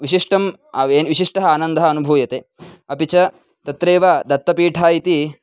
विशिष्टम् आवेन् विशिष्तः आनन्दः अनुभूयते अपि च तत्रैव दत्तपीठ इति